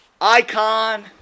icon